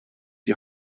die